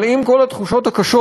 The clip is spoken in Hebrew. אבל עם כל התחושות הקשות,